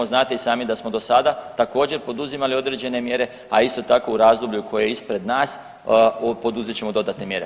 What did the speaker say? Znate i sami da smo do sada također poduzimali određene mjere, a isto tako u razdoblju koje je ispred nas poduzet ćemo dodatne mjere.